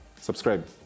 subscribe